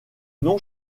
nom